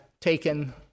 taken